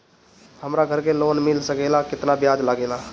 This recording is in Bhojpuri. हमरा घर के लोन मिल सकेला केतना ब्याज लागेला?